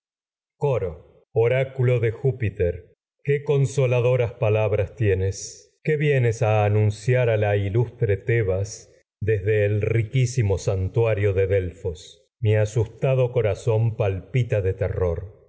coro bras oráculo de júpiter a consoladoras pala tienes qué vienes el anunciar a la ilustre tebas desde razón riquísimo santuario de delfos mi asustado co de terror